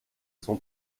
son